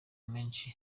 menshi